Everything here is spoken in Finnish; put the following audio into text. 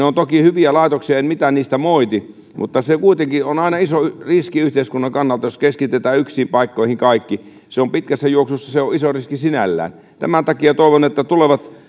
ovat toki hyviä laitoksia en mitään niistä moiti mutta se kuitenkin on aina iso riski yhteiskunnan kannalta jos keskitetään yksiin paikkoihin kaikki se on pitkässä juoksussa iso riski sinällään tämän takia toivon että tulevat